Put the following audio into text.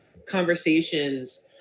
Conversations